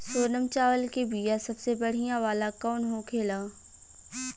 सोनम चावल के बीया सबसे बढ़िया वाला कौन होखेला?